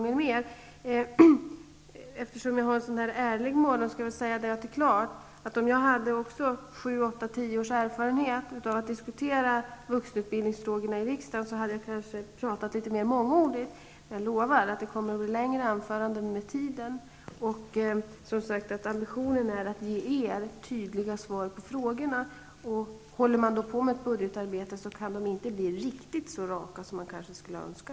Eftersom jag har en ärlig morgon vill jag säga att jag kanske hade kunnat tala litet mer mångordigt om också jag hade 7--10 års erfarenhet av att diskutera vuxenutbildningsfrågor i riksdagen. Jag lovar att det kommer att bli längre anföranden med tiden. Min ambition är att ge er tydliga svar på frågorna, men håller man på med ett budgetarbete kan det inte bli riktigt så raka svar som man kanske skulle önska.